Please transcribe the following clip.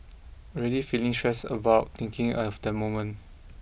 already feeling stressed about thinking of that moment